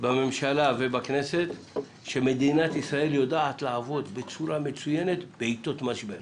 בממשלה ובכנסת שמדינת ישראל יודעת לעבוד בצורה מצוינת בעתות משבר.